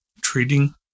treating